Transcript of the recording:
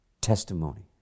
testimony